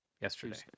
yesterday